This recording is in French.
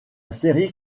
série